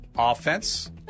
Offense